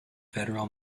federal